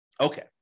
Okay